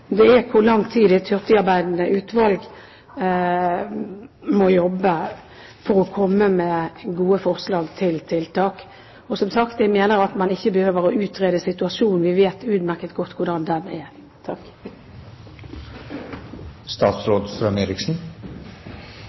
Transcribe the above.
– er hvor lang tid et hurtigarbeidende utvalg må jobbe for å komme med gode forslag til tiltak. Og som sagt: Jeg mener at man ikke behøver å utrede situasjonen. Vi vet utmerket godt hvordan den er.